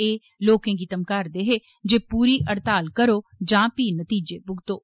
एह लोकें गी घमका'रदे हे जे पूरी हड़ताल करो जां पही नतीजे भुगतो